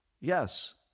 yes